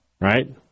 right